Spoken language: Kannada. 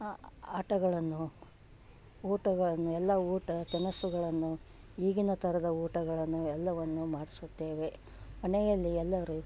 ಆಟಗಳನ್ನು ಊಟಗಳನ್ನು ಎಲ್ಲ ಊಟ ತಿನಸುಗಳನ್ನು ಈಗಿನ ಥರದ ಊಟಗಳನ್ನು ಎಲ್ಲವನ್ನು ಮಾಡಿಸುತ್ತೇವೆ ಮನೆಯಲ್ಲಿ ಎಲ್ಲರೂ